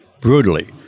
brutally